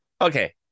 okay